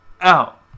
out